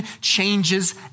changes